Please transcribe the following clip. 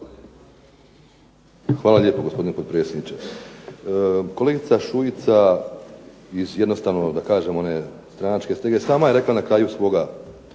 Hvala lijepo gospodine potpredsjedniče. Kolegice Šuica iz jednostavno da kažem one stranačke stege sama je rekla na kraju svoga